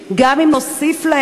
גם אם נוסיף להם,